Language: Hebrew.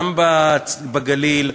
גם בגליל,